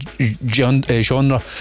genre